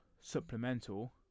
supplemental